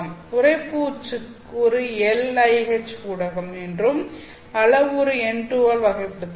உறைப்பூச்சு ஒரு எல்ஐஎச் ஊடகம் என்றும் அளவுரு n2 ஆல் வகைப்படுத்தப்படும்